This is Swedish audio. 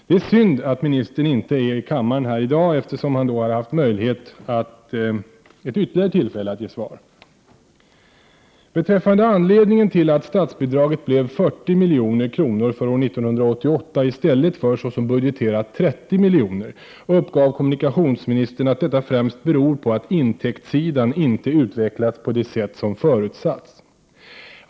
Det är synd att ministern inte är i kammaren i dag, eftersom han då hade haft ytterligare ett tillfälle att ge svar. Beträffande anledningen till att statsbidraget blev 40 milj.kr. för år 1988, i stället för såsom budgeterat 30 miljoner, uppgav kommunikationsministern att detta främst beror på att intäktssidan inte utvecklats på det sätt som förutsatts.